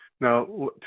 now